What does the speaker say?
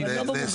אז לא במוגנים.